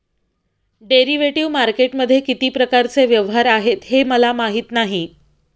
derivative मार्केटमध्ये किती प्रकारचे व्यवहार आहेत हे मला माहीत नाही